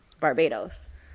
barbados